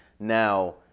Now